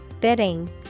Bidding